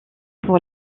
pour